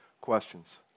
questions